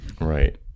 Right